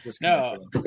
No